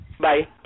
Bye